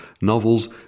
novels